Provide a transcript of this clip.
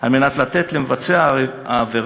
על מנת לתת למבצע העבירה